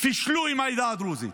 פישלו עם העדה הדרוזית,